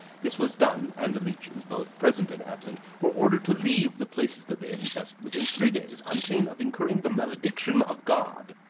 this was done and the leeches, both present and absent, were ordered to leave the places that they had infested within three days on pain of incurring the malediction of god.